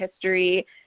history